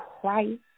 Price